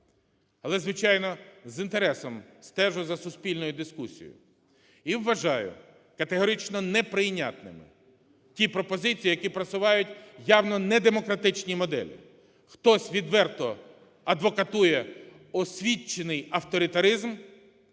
але, звичайно, з інтересом стежу за суспільною дискусією і вважаю категорично неприйнятним ті пропозиції, які просувають явно недемократичні моделі. Хтось відверто адвокатує освічений авторитаризм,